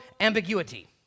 ambiguity